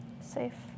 Safe